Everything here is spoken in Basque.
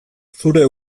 zure